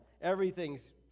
everything's